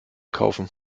kaufen